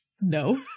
No